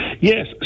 Yes